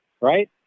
right